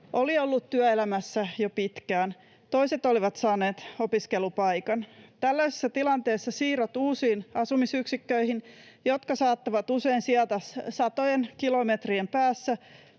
oli ollut työelämässä jo pitkään, toiset olivat saaneet opiskelupaikan. Tällaisessa tilanteessa siirrot uusiin asumisyksiköihin, jotka saattavat usein sijaita satojen kilometrien päässä,